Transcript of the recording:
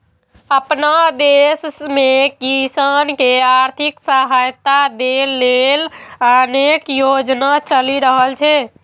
अपना देश मे किसान कें आर्थिक सहायता दै लेल अनेक योजना चलि रहल छै